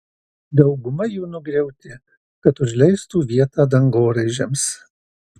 dauguma jų nugriauti kad užleistų vietą dangoraižiams